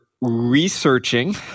researching